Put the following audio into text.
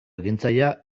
ekintzailea